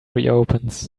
reopens